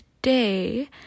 Today